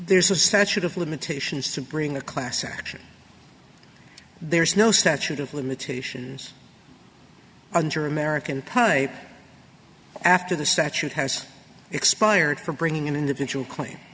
there's a statute of limitations to bring a class action there's no statute of limitations under american pie after the statute has expired for bringing an individual cla